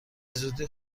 زودی